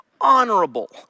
honorable